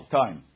time